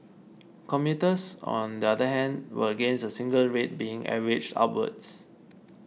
commuters on the other hand were against a single rate being averaged upwards